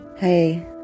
Hey